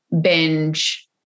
binge